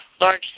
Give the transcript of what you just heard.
large